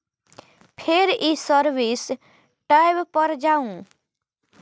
फेर ई service tab पर जाउ